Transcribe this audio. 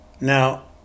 Now